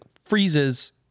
freezes